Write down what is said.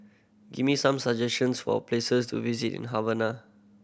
give me some suggestions for places to visit in Havana